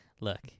Look